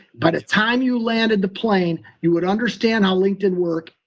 but time you landed the plane, you would understand how linkedin worked.